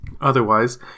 Otherwise